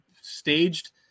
staged